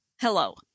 Hello